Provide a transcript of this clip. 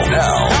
now